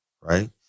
right